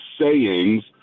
sayings